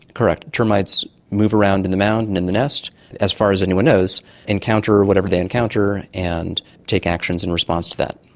correct, termites move around in the mound and in the nest, and as far as anyone knows encounter whatever they encounter and take actions in response to that.